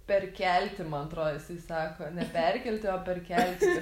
perkelti man atro jisai sako ne perkelti o perkelti